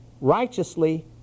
righteously